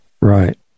Right